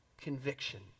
conviction